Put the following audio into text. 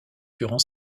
durant